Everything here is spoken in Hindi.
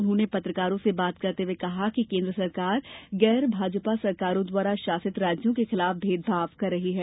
उन्होंने पत्रकारों से बात करते हुए कहा कि केन्द्र सरकार गैर भाजपा सरकारों द्वारा शासित राज्यों के खिलाफ भेदभाव कर रही है